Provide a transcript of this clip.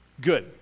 Good